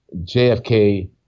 JFK